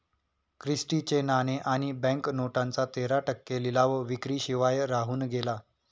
Christie चे नाणे आणि बँक नोटांचा तेरा टक्के लिलाव विक्री शिवाय राहून गेला